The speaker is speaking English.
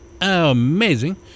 amazing